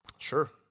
Sure